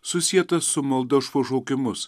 susietas su malda už pašaukimus